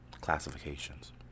classifications